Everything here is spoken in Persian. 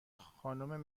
خانم